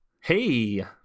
Hey